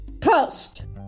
post